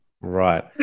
right